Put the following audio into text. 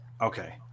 Okay